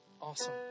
Awesome